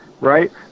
right